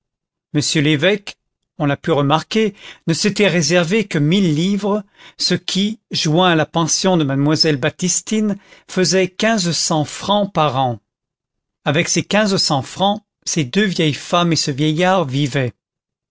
m l'évêque on l'a pu remarquer ne s'était réservé que mille livres ce qui joint à la pension de mademoiselle baptistine faisait quinze cents francs par an avec ces quinze cents francs ces deux vieilles femmes et ce vieillard vivaient